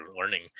learning